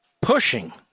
pushing